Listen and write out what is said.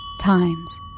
times